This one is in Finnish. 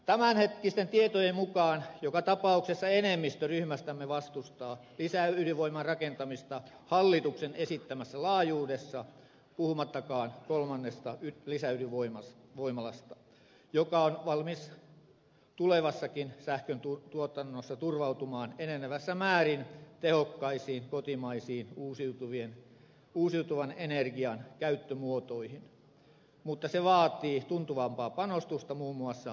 tämänhetkisten tietojen mukaan joka tapauksessa enemmistö ryhmästämme vastustaa lisäydinvoiman rakentamista hallituksen esittämässä laajuudessa puhumattakaan kolmannesta lisäydinvoimalasta ja on valmis tulevassakin sähköntuotannossa turvautumaan enenevässä määrin tehokkaisiin kotimaisiin uusiutuvan energian käyttömuotoihin mutta se vaatii tuntuvampaa panostusta muun muassa tutkimusvaroihin